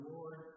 Lord